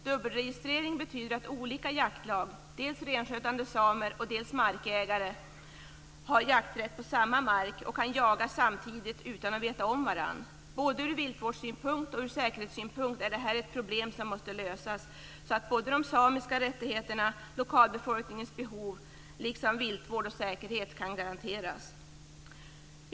Dubbelregistrering betyder att olika jaktlag - dels renskötande samer, dels markägare - har jakträtt på samma mark och kan jaga samtidigt utan att veta om varandra. Både ur viltvårdssynpunkt och ur säkerhetssynpunkt är detta ett problem som måste lösas, så att både de samiska rättigheterna, lokalbefolkningens behov och viltvård och säkerhet kan garanteras.